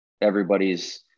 everybody's